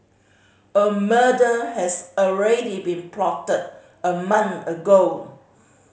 a murder has already been plotted a month ago